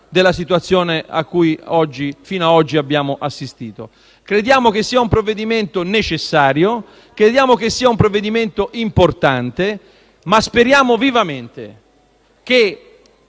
della situazione a cui fino ad oggi abbiamo assistito. Crediamo che sia un provvedimento necessario. Crediamo che sia un provvedimento importante, ma speriamo vivamente che